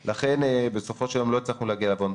מיקי, עזוב, בואו נצביע.